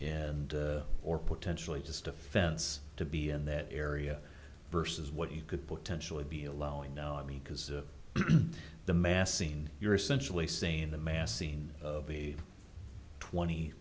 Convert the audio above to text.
and or potentially just offense to be in that area versus what you could potentially be allowing no i mean because of the mass scene you're essentially saying the mass scene of the twenty